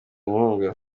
inkunga